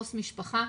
עו"ס משפחה,